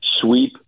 sweep